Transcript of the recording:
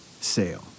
sale